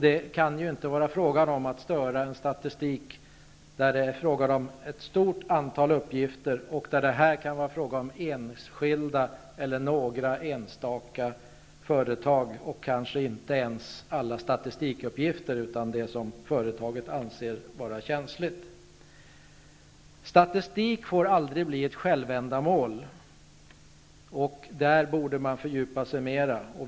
Det kan ju inte vara fråga om att störa en statistik som består av ett stort antal uppgifter när det här endast kan vara fråga om några enstaka företag och kanske inte ens alla statistikuppgifter, utan sådana som företagen anser vara känsliga. Statistik får aldrig bli ett självändamål. Där borde man fördjupa sig mer.